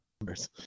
numbers